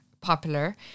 popular